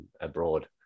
abroad